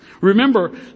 Remember